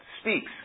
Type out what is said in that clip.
speaks